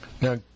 Now